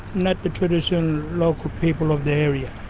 not the traditional local people of the area.